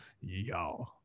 Y'all